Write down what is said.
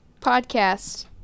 Podcast